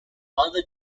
other